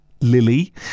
Lily